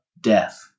death